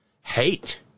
hate